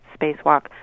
spacewalk